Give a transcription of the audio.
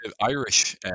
Irish